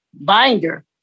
binder